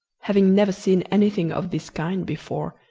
having never seen anything of this kind before,